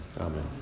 Amen